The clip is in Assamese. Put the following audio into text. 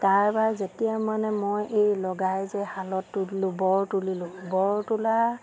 তাৰপৰা যেতিয়া মানে মই এই লগাই যে শালত তুলিলোঁ বৰ তুলিলোঁ বৰ তোলা